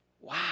Wow